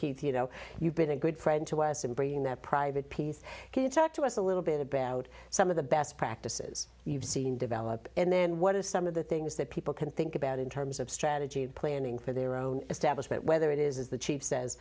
keith you know you've been a good friend to us in bringing that private piece he talked to us a little bit about some of the best practices we've seen develop and then what are some of the things that people can think about in terms of strategy planning for their own establishment whether it is the chief says